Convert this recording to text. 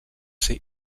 ser